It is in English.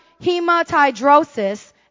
hematidrosis